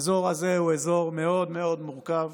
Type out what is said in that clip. האזור הזה הוא אזור מאוד מאוד מורכב,